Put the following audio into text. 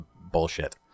bullshit